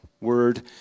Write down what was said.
word